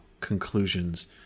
conclusions